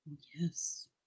Yes